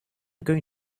going